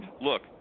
look